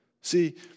See